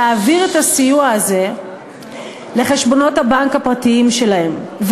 להעביר את הסיוע הזה לחשבונות הבנק הפרטיים שלהם,